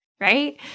right